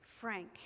Frank